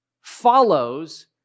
follows